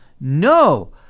No